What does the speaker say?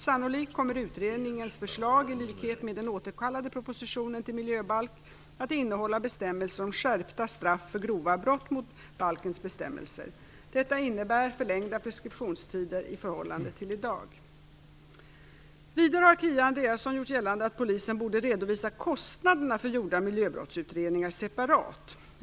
Sannolikt kommer utredningens förslag, i likhet med den återkallades propositionen till miljöbalk, att innehålla bestämmelser om skärpta straff för grova brott mot balkens bestämmelser. Detta innebär förlängda preskriptionstider i förhållande till i dag. Vidare har Kia Andreasson gjort gällande att polisen borde redovisa kostnaderna för gjorda miljöbrottsutredningar separat.